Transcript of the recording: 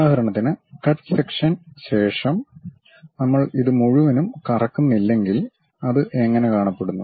ഉദാഹരണത്തിന് കട്ട് സെക്ഷന് ശേഷം നമ്മൾ ഇത് മുഴുവനും കറക്കുന്നില്ലെങ്കിൽ അത് എങ്ങനെ കാണപ്പെടുന്നു